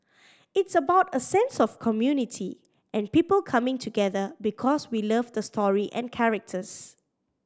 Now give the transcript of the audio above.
it's about a sense of community and people coming together because we love the story and characters